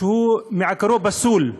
שהוא מעיקרו פסול.